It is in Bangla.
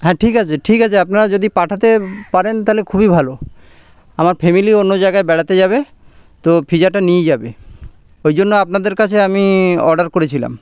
হ্যাঁ ঠিক আছে ঠিক আছে আপনারা যদি পাঠাতে পারেন তাহলে খুবই ভালো আমার ফ্যামিলি অন্য জায়গায় বেড়াতে যাবে তো পিজাটা নিয়ে যাবে ওই জন্য আপনাদের কাছে আমি অর্ডার করেছিলাম